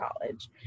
college